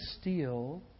steal